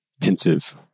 pensive